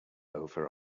over